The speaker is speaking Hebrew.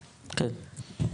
אוקיי.